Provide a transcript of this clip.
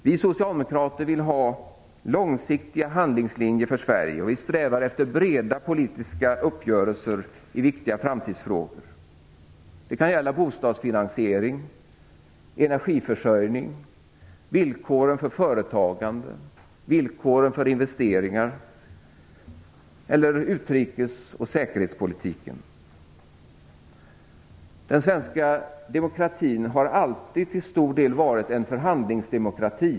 Vi socialdemokrater vill ha långsiktiga handlingslinjer för Sverige, och vi strävar efter breda politiska uppgörelser i viktiga framtidsfrågor. Det kan gälla bostadsfinansiering, energiförsörjning, villkor för företagande, villkor för investeringar eller utrikesoch säkerhetspolitiken. Den svenska demokratin har alltid till stor del varit en förhandlingsdemokrati.